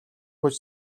хүч